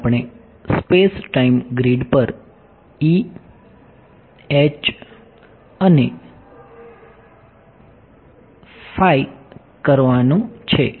હવે આપણે space time grid પર E H અને psi કરવાનું છે